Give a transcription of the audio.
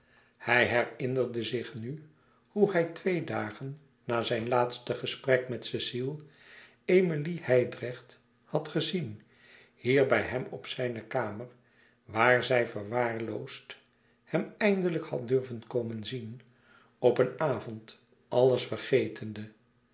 hij herinnerde zich nu hoe hij twee dagen na zijn laatste gesprek met cecile emilie hijdrecht had gezien hier bij hem op zijne kamer waar zij verwaarloosd hem eindelijk had durven komen zien op een avond alles vergetende